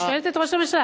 אני שואלת את ראש הממשלה.